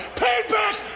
payback